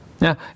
Now